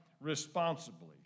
responsibly